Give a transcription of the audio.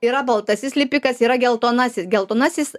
yra baltasis lipikas yra geltonasis geltonasis